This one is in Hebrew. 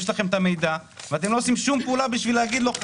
יש לכם את המידע ואתם לא עושים שום פעולה בשביל להגיד לו,